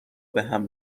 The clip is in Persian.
بهم